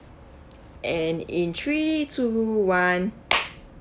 and in three two one